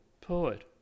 poet